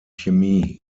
chemie